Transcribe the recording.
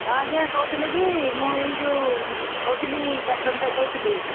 ହଁ ଆଜ୍ଞା କହୁଥିଲେ କି ମୁଁ ଏଇ ଯୋଉ କହୁଥିଲି କାରପେଣ୍ଟର୍ କହୁଥିଲି